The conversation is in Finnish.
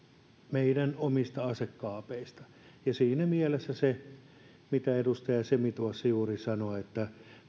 meidän omista asekaapeista siinä mielessä se mitä edustaja semi tuossa juuri sanoi että